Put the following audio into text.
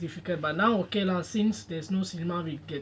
now is difficult but now okay lah since there's no cinema we can